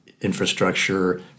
infrastructure